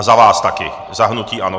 Za vás také, za hnutí ANO.